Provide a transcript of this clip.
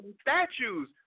statues